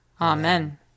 Amen